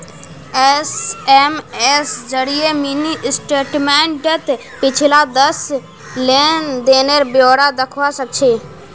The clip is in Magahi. एस.एम.एस जरिए मिनी स्टेटमेंटत पिछला दस लेन देनेर ब्यौरा दखवा सखछी